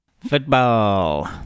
Football